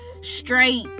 straight